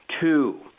two